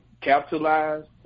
capitalized